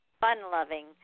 fun-loving